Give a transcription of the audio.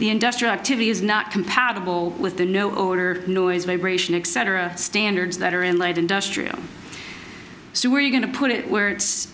the industrial activity is not compatible with the no order noise vibration accent or a standards that are in light industrial so where are you going to put it where it's